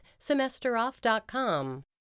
SemesterOff.com